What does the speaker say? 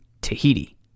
Tahiti